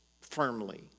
firmly